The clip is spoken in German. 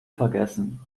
vergessen